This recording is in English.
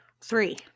Three